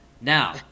Now